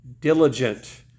diligent